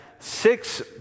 six